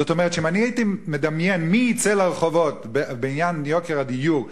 זאת אומרת שאם אני הייתי מדמיין מי יצא לרחובות בעניין יוקר הדיור,